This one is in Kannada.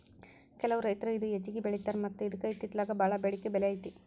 ಕೆಲವು ರೈತರು ಇದ ಹೆಚ್ಚಾಗಿ ಬೆಳಿತಾರ ಮತ್ತ ಇದ್ಕ ಇತ್ತಿತ್ತಲಾಗ ಬಾಳ ಬೆಡಿಕೆ ಬೆಲೆ ಐತಿ